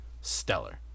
stellar